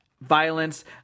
violence